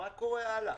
מה קורה הלאה?